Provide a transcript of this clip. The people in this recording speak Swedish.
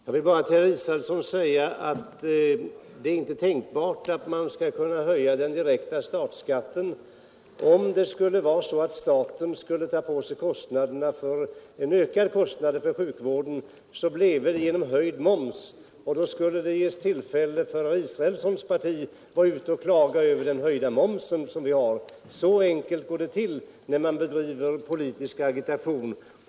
Fru talman! Jag vill bara till herr Israelsson säga att det inte är tänkbart att höja den direkta statsskatten. Om staten skulle ta på sig ökade kostnader för sjukvården skulle det alltså finansieras med höjd moms, och då skulle det ges tillfälle för herr Isrealssons parti att gå ut och klaga över den höjda momsen! Så enkelt går det till när man bedriver politisk agitation.